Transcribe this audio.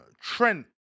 Trent